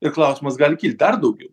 ir klausimas gali kilt dar daugiau